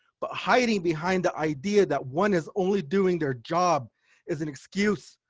but hiding behind the idea that one is only doing their job is an excuse,